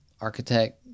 architect